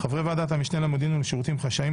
חברי ועדת המשנה למודיעין ולשירותים חשאיים,